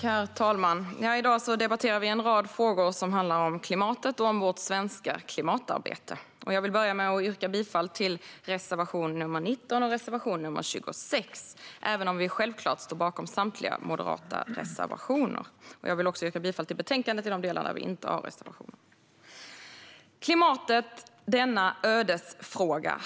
Herr talman! I dag debatterar vi en rad frågor som handlar om klimatet och om vårt svenska klimatarbete. Jag vill börja med att yrka bifall till reservationerna nr 19 och nr 26, även om vi självklart står bakom samtliga moderata reservationer. Jag vill även yrka bifall till förslagen i betänkandet i de delar där vi inte har reservationer. Klimatet - denna ödesfråga!